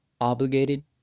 obligated